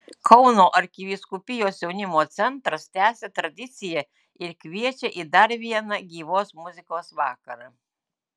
kauno arkivyskupijos jaunimo centras tęsia tradiciją ir kviečią į dar vieną gyvos muzikos vakarą